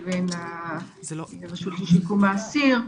הרשות לשיקום האסיר,